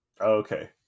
Okay